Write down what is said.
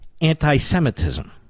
anti-Semitism